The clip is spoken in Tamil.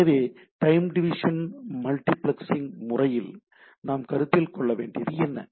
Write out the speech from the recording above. எனவே டைம் டிவிஷன் மல்டிபிளக்சிங் முறையில் நாம் கருத்தில் கொள்ள வேண்டியது எது